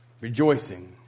Rejoicing